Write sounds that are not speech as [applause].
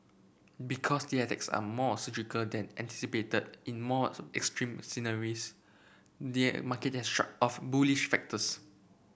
because the attacks are more surgical than anticipated in more [unintelligible] extreme scenarios the market has shrugged off bullish factors